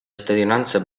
cittadinanza